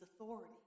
authority